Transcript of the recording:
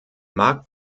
markt